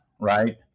right